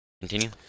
Continue